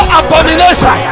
abomination